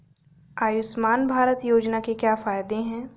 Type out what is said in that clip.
आयुष्मान भारत योजना के क्या फायदे हैं?